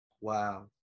Wow